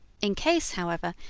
in case, however,